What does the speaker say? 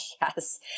Yes